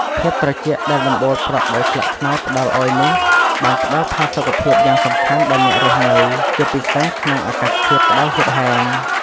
ភាពត្រជាក់ដែលដំបូលប្រក់ដោយស្លឹកត្នោតផ្ដល់ឲ្យនោះ បានផ្ដល់ផាសុកភាពយ៉ាងសំខាន់ដល់អ្នករស់នៅ ជាពិសេសក្នុងអាកាសធាតុក្តៅហួតហែង។